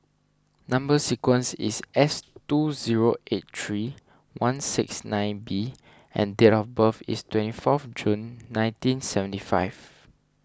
Number Sequence is S two zero eight three one six nine B and date of birth is twenty four June nineteen seventy five